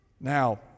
Now